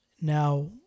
Now